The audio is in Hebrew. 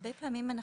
הרבה פעמים אנחנו,